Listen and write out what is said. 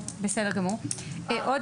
עוד